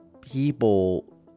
people